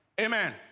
Amen